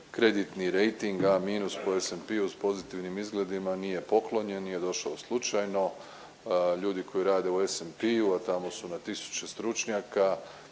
kreditni rejting A minus …/Govornik se ne razumije./… nije poklonjen, nije došao slučajno. Ljudi koji rade u SMP-u, a tamo su na tisuće stručnjaka